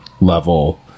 level